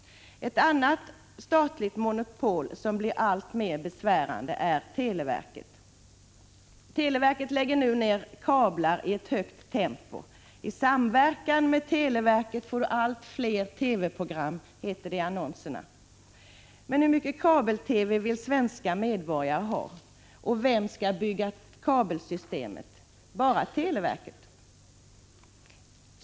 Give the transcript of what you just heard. Ett annat statligt monopol som blir alltmer besvärande är televerkets. Televerket lägger nu ner kablar i högt tempo. ”I samverkan med televerket får Du allt fler TV-program!” heter det i annonserna. Men hur mycket kabel-TV vill svenska medborgare ha? Och vem skall bygga kabelsystem? Bara televerket?